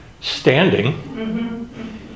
Standing